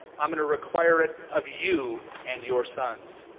i'm going to require it of you and your sons.